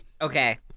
Okay